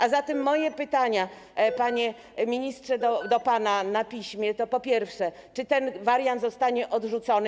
A zatem moje pytania, panie ministrze, do pana na piśmie to: Po pierwsze, czy ten wariant zostanie odrzucony?